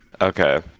Okay